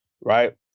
right